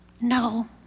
No